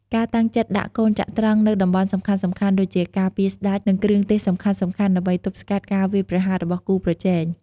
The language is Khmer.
ការតាំងចិត្តដាក់កូនចត្រង្គនៅតំបន់សំខាន់ៗ ដូចជាការពារស្ដេច និងគ្រឿងទេសសំខាន់ៗ ដើម្បីទប់ស្កាត់ការវាយប្រហាររបស់គូប្រជែង។